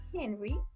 Henry